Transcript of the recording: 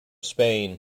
spain